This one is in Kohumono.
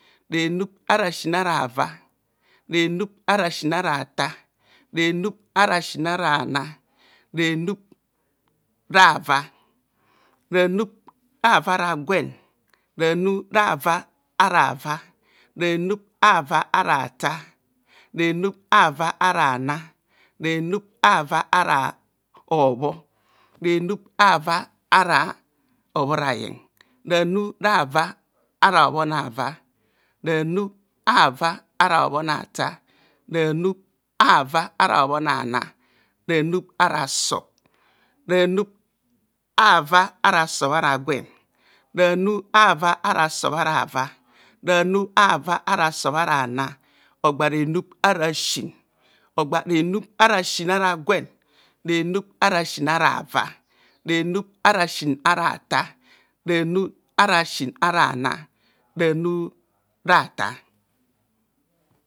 Renub ara sin ara va, renub ara sin ara atam renub ara sin ara ana, ranu rava, ranurava ara sen, ranu rava ara ava, ranu rava ara atar, ranu rava ara hobhorayen, renurava ara hobho obhonava, ranu rava ara obhona atan, ranu rava ara obhona na, ranub ara sub, ranurava ara sub ara gwen ranu rava ava sub ara eva ranu rava ara sub ara atar ranu rava ara sub ara anar, ranub ara sin renub ara sin ara va, renub ara sin aratar, renub ara sin ara ana ranu ratar.